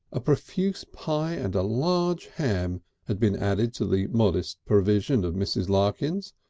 a profuse pie and a large ham had been added to the modest provision of mrs. larkins,